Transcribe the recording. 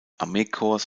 armeekorps